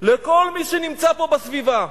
לכל מי שנמצא פה בסביבה.